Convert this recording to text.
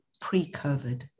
pre-COVID